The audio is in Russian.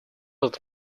этот